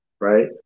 right